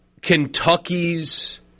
Kentucky's